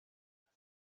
دارم